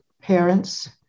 parents